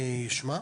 בהחלט, אני אשמע.